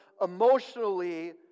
emotionally